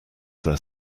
their